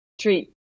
treat